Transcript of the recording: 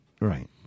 Right